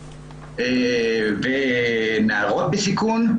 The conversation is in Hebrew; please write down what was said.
אני מתייחס לנתונים שלנו יש לגבי ילדים בסיכון ונערות בסיכון בקהילה.